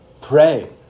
pray